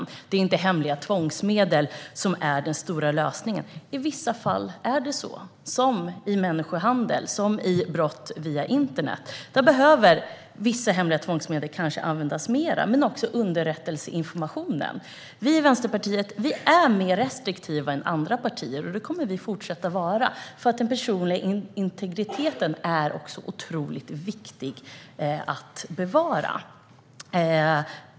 Det är oftast inte hemliga tvångsmedel som är lösningen. I vissa fall är det så - till exempel när det gäller människohandel eller brott via internet. Där behöver vissa hemliga tvångsmedel kanske användas mer, men detta gäller även underrättelseinformationen. Vi i Vänsterpartiet är mer restriktiva än andra partier, och det kommer vi att fortsätta att vara. Den personliga integriteten är otroligt viktig att bevara.